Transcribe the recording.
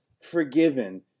forgiven